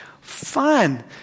fun